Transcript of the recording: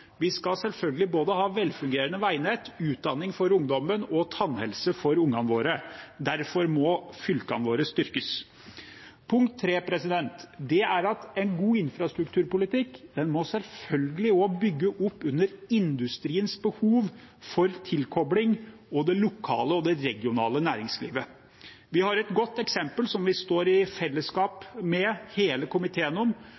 Vi skal selvfølgelig ha både velfungerende veinett, utdanning for ungdommen og tannhelse for ungene våre. Derfor må fylkene våre styrkes. Punkt nummer tre: En god infrastrukturpolitikk må selvfølgelig også bygge opp under industriens behov for tilkobling og det lokale og det regionale næringslivet. Vi har et godt eksempel, som hele komiteen står